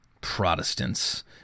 Protestants